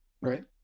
right